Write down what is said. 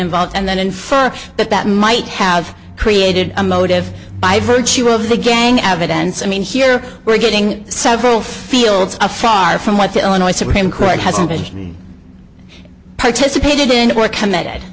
involved and then infer that that might have created a motive by virtue of the gang evidence i mean here we're getting several fields a far from what the illinois supreme court has an opinion participated in a committed